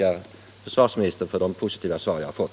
Jag tackar försvarsministern för de positiva svar jag fått.